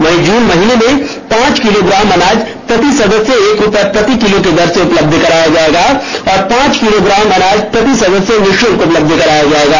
वहीं जून महीने में पांच किलोग्राम अनाज प्रति सदस्य एक रूप्ये प्रति किलो की दर से उपलब्ध कराया जाएगा और पांच किलोग्राम अनाज प्रति सदस्य निःपुल्क उपलब्ध कराया जाएगा